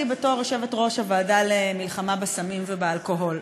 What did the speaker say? בתור יושבת-ראש הוועדה למלחמה בסמים ובאלכוהול,